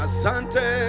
Asante